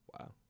Wow